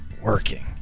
working